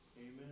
Amen